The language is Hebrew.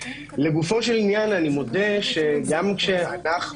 לגופו של עניין אני מודה שגם שאנחנו,